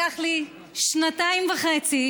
לקח לי שנתיים וחצי,